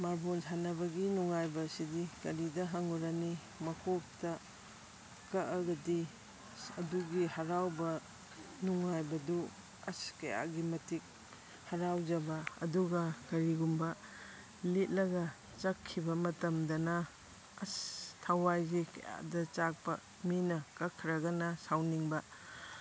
ꯃꯥꯔꯕꯣꯜ ꯁꯥꯟꯅꯕꯒꯤ ꯅꯨꯡꯉꯥꯏꯕꯁꯤꯗꯤ ꯀꯔꯤꯗ ꯍꯪꯎꯔꯅꯤ ꯃꯀꯣꯛꯇ ꯀꯛꯑꯒꯗꯤ ꯑꯗꯨꯒꯤ ꯍꯔꯥꯎꯕ ꯅꯨꯡꯉꯥꯏꯕꯗꯨ ꯑꯁ ꯀꯌꯥꯒꯤ ꯃꯇꯤꯛ ꯍꯔꯥꯎꯖꯕ ꯑꯗꯨꯒ ꯀꯔꯤꯒꯨꯝꯕ ꯂꯤꯠꯂꯒ ꯆꯠꯈꯤꯕ ꯃꯇꯝꯗꯅ ꯑꯁ ꯊꯋꯥꯏꯁꯤ ꯀꯌꯥꯗ ꯆꯥꯛꯄ ꯃꯤꯅ ꯀꯛꯈ꯭ꯔꯒꯅ ꯁꯥꯎꯅꯤꯡꯕ